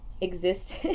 exist